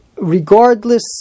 Regardless